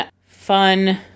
fun